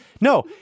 No